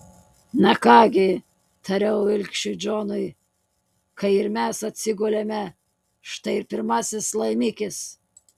na ką gi tariau ilgšiui džonui kai ir mes atsigulėme štai ir pirmasis laimikis